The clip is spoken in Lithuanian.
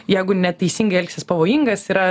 jeigu neteisingai elgsies pavojingas yra